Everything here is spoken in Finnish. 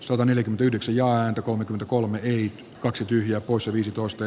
sataneljäkymmentäyhdeksän ja antakoon kolme hik kaksi tyhjää poissa viisitoista